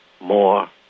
more